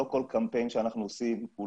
לא כל קמפיין שאנחנו עושים הוא